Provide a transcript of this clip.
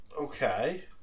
Okay